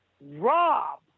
rob